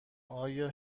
آیا